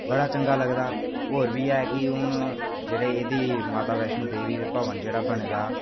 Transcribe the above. बड़ा चंगा लगदा होर बी ऐ कि हून ते एह्बी माता वैष्णो देवी दा भवन जेह्ड़ा बने दा